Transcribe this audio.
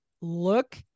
look